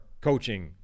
coaching